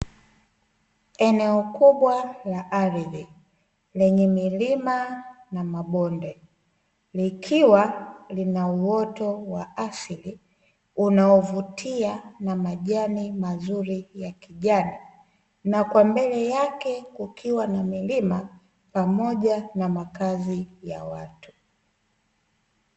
Eneo kubwa la ardhi lenye milima na mabonde likiwa lina uoto wa asili unaovutia na majani mazuri ya kijani, na kwa mbele yake kukiwa na milima pamoja na makazi ya watu.